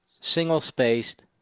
single-spaced